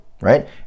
right